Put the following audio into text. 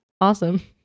Awesome